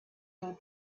your